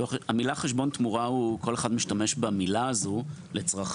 המילים "חשבון תמורה" כל אחד משתמש בהם לצרכיו.